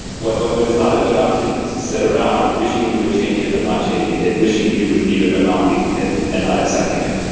what what is not a good option is to sit around wishing you would change it but not changing it, wishing you would leave it but not leaving it, and not accepting it.